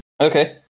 Okay